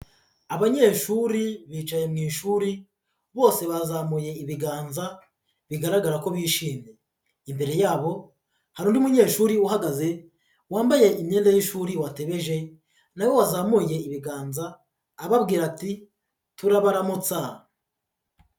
Abanyeshuri bicaye mu ishuri, bose bazamuye ibiganza bigaragara ko bishimye. Imbere yabo, hari undi munyeshuri uhagaze, wambaye imyenda y'ishuri watebeje na we wazamuye ibiganza ababwira ati "Turabaramutsa".